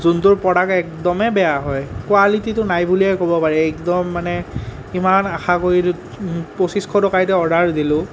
যোনটোৰ product একদমে বেয়া হয় কোৱালিটিতো নাই বুলিয়েই ক'ব পাৰি একদম মানে ইমান আশা কৰিলো পঁচিছশ টকাই দি অৰ্ডাৰ দিলো